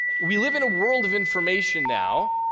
we live in a world of information now,